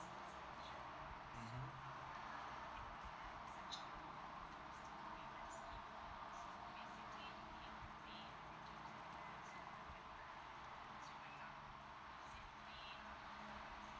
mmhmm